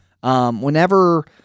Whenever